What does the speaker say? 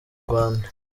rwanda